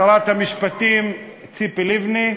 שרת המשפטים ציפי לבני,